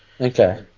Okay